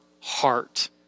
heart